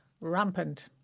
rampant